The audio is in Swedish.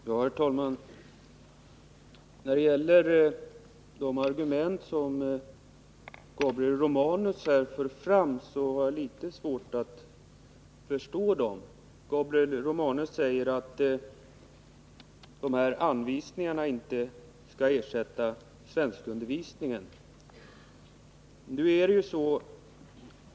Herr talman! Jag har litet svårt att förstå de argument som Gabriel Romanus här för fram. Han säger att dessa anvisningar inte skall ersätta svenskundervisningen.